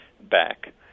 back